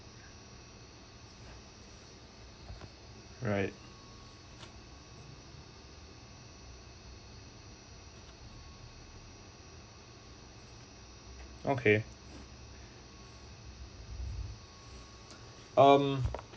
right okay um